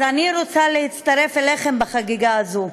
אז אני רוצה להצטרף אליכם בחגיגה הזאת.